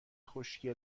خشکی